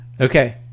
Okay